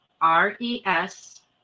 R-E-S